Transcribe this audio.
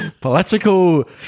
political